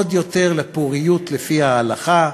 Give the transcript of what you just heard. עוד יותר לפוריות לפי ההלכה,